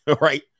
Right